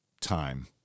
time